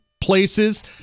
places